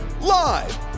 Live